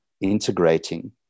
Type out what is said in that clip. integrating